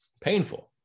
Painful